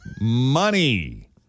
Money